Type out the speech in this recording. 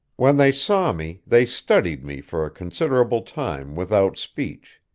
when they saw me, they studied me for a considerable time without speech.